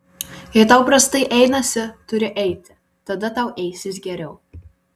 jei tau prastai einasi turi eiti tada tau eisis geriau